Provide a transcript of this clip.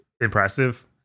impressive